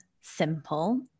simple